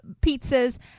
pizzas